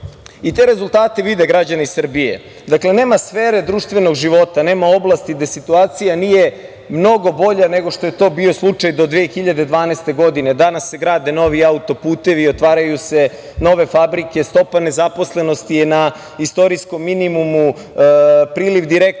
i te rezultate vide građani Srbije. Dakle, nema sfere društvenog života, nema oblasti gde situacija nije mnogo bolja nego što je to bio slučaj do 2012. godine. Danas se grade novi autoputevi, otvaraju se nove fabrike, stopa nezaposlenosti je na istorijskom minimumu, priliv direktnih